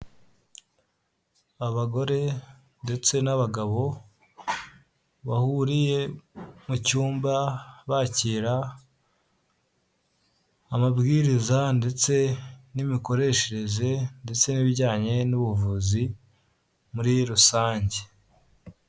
Abagore ndetse n'abagabo bahuriye mu cyumba bakira amabwiriza ndetse n'imikoreshereze ndetse n'ibijyanye n'ubuvuzi muri rusange.